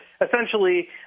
essentially